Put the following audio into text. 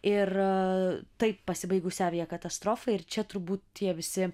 ir taip pasibaigusią aviakatastrofą ir čia turbūt tie visi